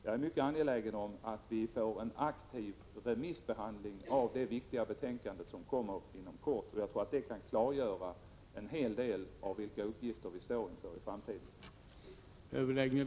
Jag är mycket angelägen om att vi får en aktiv remissbehandling av det viktiga betänkande som kommer att avges inom kort. Jag tror att det kan klargöra en hel del av vilka uppgifter vi står inför i framtiden.